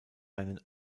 seinen